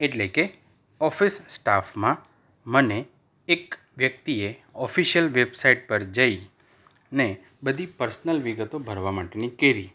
એટલે કે ઓફિસ સ્ટાફમાં મને એક વ્યક્તિએ ઓફિશિયલ વેબસાઈટ પર જઈને બધી પર્સનલ વિગતો ભરવા માટેની કેરી